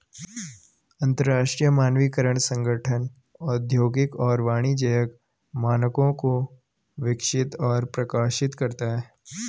अंतरराष्ट्रीय मानकीकरण संगठन औद्योगिक और वाणिज्यिक मानकों को विकसित और प्रकाशित करता है